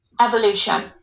Evolution